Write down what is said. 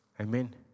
Amen